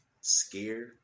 scared